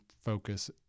focus